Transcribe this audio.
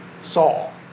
Saul